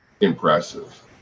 impressive